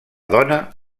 dona